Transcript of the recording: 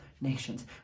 nations